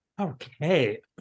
Okay